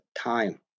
time